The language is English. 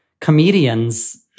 comedian's